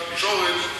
התקשורת,